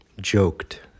joked